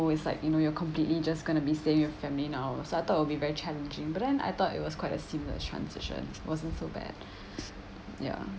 oh it's like you know you're completely just going to be staying with your family now so I thought it would be very challenging but then I thought it was quite a seamless transition wasn't so bad ya